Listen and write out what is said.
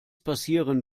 passieren